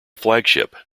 flagship